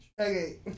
Okay